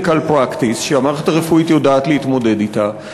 practice שהמערכת הרפואית יודעת להתמודד אתה,